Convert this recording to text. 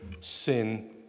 sin